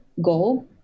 goal